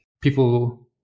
people